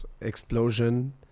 explosion